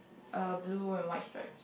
uh blue and white stripes